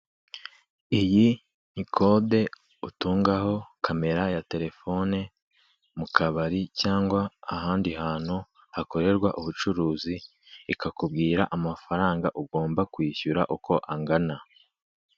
Iyi ni kode utungaho kamera ya telefone mu kabari cyangwa ahandi hantu hakorerwa ubucuruzi, ikakubwira amafaranga ugomba kwishyura uburyo angana.